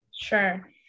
sure